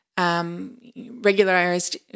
Regularized